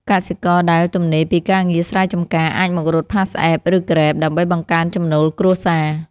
កសិករដែលទំនេរពីការងារស្រែចម្ការ អាចមករត់ PassApp ឬ Grab ដើម្បីបង្កើនចំណូលគ្រួសារ។